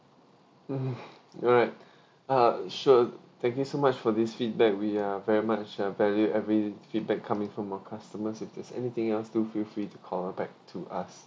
alright ah sure thank you so much for this feedback we are very much uh value every feedback coming from our customers if there's anything else do feel free to call back to us